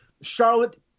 Charlotte